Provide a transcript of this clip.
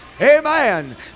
Amen